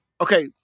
Okay